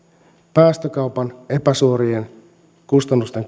päästökaupan epäsuorien kustannusten